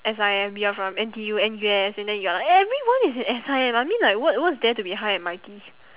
S_I_M you are from N_T_U N_U_S and then you are like everyone is in S_I_M I mean like what what's there to be high and mighty